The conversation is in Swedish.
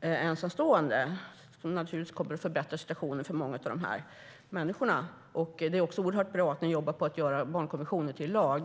ensamstående, vilket naturligtvis kommer att förbättra situationen för många av de här människorna. Det är också oerhört bra att ni jobbar på att göra barnkonventionen till lag.